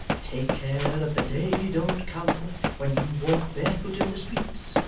take care that the day don't come when you walk barefoot in the streets,